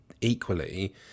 equally